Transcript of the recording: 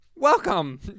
Welcome